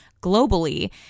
globally